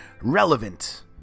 relevant